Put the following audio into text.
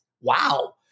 Wow